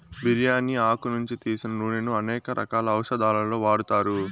బిర్యాని ఆకు నుంచి తీసిన నూనెను అనేక రకాల ఔషదాలలో వాడతారు